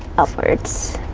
upwards